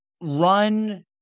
run